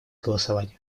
голосования